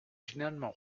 généralement